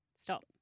Stop